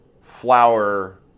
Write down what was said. flower